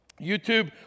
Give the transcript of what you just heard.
YouTube